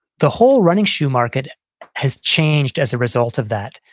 the whole running shoe market has changed as a result of that.